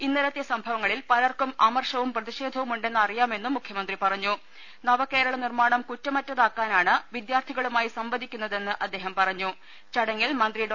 ഇന്നലത്തെ സംഭവങ്ങളിൽ പലർകും അമർഷവും പ്രതിഷേധവും ഉണ്ടെന്ന് അറിയാമെന്നും മുഖ്യമന്ത്രി പറഞ്ഞു നവകേരള നിർമാണം കുറ്റമറ്റതാക്കാനാണ് വിദ്യാർഥികളുമായി സംവദിക്കുന്നതെന്ന് അദ്ദേഹം പറഞ്ഞു ചടങ്ങിൽ മന്തി ഡോ